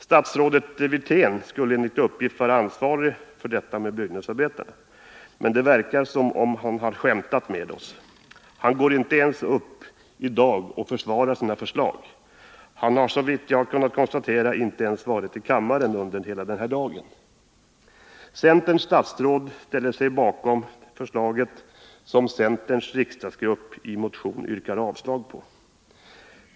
Statsrådet Rolf Wirtén skulle enligt uppgift vara ansvarig för detta med byggnadsarbetarna, men det verkar som om han har skämtat med oss. Han går inte ens upp i dag och försvarar sina förslag. Han har, såvitt jag har kunnat konstatera, inte vid något tillfälle under hela den här dagen varit i kammaren. Centerns statsråd ställer sig bakom det förslag som centerns riksdagsgrupp i en motion yrkar avslag på.